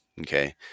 Okay